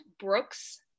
Brooks